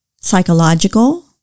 psychological